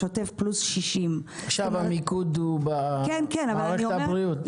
שוטף פלוס 60. עכשיו המיקוד הוא במערכת הבריאות.